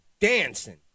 dancing